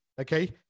okay